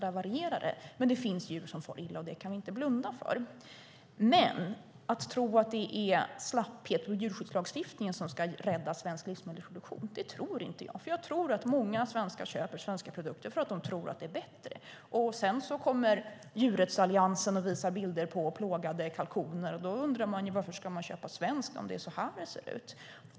Det varierar, men det finns djur som far illa, och det kan vi inte blunda för. Att det skulle vara slapphet och djurskyddslagstiftningen som ska rädda svensk livsmedelsproduktion, det tror inte jag. Jag tror att många köper svenska produkter för att de tror att de är bättre. När sedan Djurrättsalliansen visar bilder på plågade kalkoner undrar man varför man ska köpa svenskt, om det är så det ser ut.